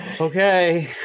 okay